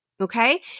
okay